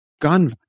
gun